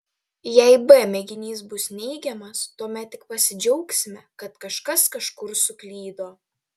jei b mėginys bus neigiamas tuomet tik pasidžiaugsime kad kažkas kažkur suklydo